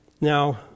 Now